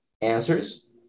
answers